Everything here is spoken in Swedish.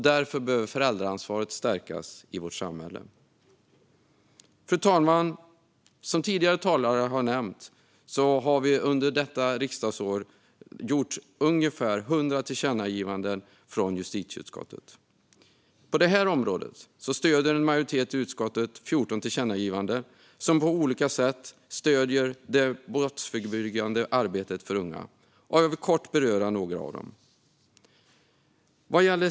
Därför behöver föräldraansvaret stärkas i vårt samhälle. Fru talman! Som tidigare talare har nämnt har vi under detta riksdagsår gjort ungefär 100 tillkännagivanden från justitieutskottet. På det här området stöder en majoritet i utskottet 14 tillkännagivanden som på olika sätt stöder det brottsförebyggande arbetet för unga. Jag vill kort beröra några av dem.